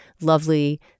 lovely